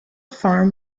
farm